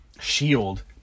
SHIELD